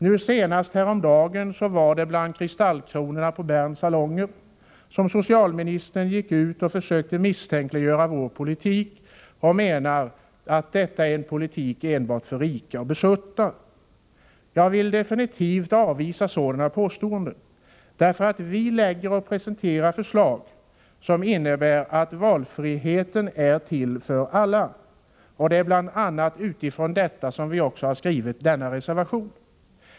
Det skedde senast häromdagen under kristallkronorna i Berns salonger, där socialministern försökte misstänkliggöra vår politik genom att säga att det är en politik enbart för de rika och besuttna. Jag vill definitivt avvisa sådana påståenden. Vi presenterar förslag som innebär att valfriheten är till för alla, och det är bl.a. utifrån detta som vi skrivit vår reservation.